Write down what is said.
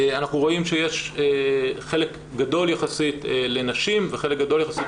אנחנו רואים שיש חלק גדול יחסית לנשים וחלק גדול יחסית